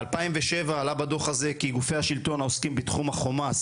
ב-2007 עלה בדוח הזה כי גופי השלטון העוסקים בתחום החומ"ס,